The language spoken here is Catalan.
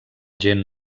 gent